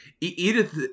Edith